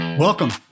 Welcome